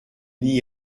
n’y